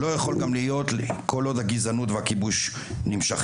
שלא יכול גם להיות כל עוד הגזענות והכיבוש נמשכים.